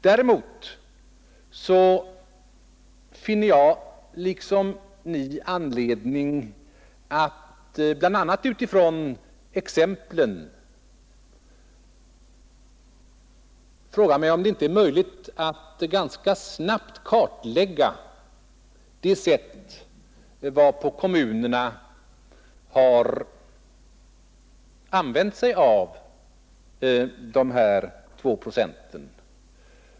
Däremot finner jag liksom Ni anledning att bl.a. utifrån exemplen fråga mig om det inte är möjligt att ganska snabbt kartlägga hur kommunerna använt dessa 2 procent.